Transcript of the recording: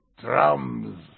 drums